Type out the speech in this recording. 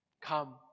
Come